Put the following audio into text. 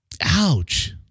Ouch